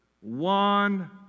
one